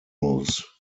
roofs